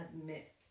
admit